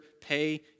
pay